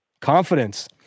Confidence